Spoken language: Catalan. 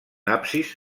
absis